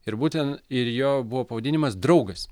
ir būtent ir jo buvo pavadinimas draugas